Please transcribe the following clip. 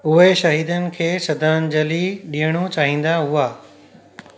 उहे शहीदनि खे श्रद्धांजलि डि॒यणु चाहींदा हुआ